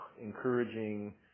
encouraging